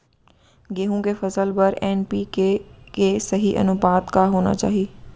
गेहूँ के फसल बर एन.पी.के के सही अनुपात का होना चाही?